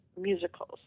musicals